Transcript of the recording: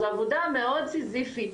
זו עבודה מאוד סיזיפית,